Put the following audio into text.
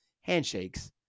handshakes